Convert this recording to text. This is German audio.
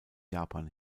japan